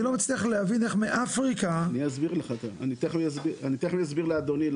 לא מצליח להבין איך מאפריקה- -- אני תכף אסביר לאדוני,